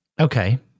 Okay